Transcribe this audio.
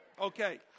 Okay